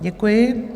Děkuji.